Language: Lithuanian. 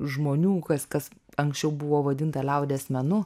žmonių kas kas anksčiau buvo vadinta liaudies menu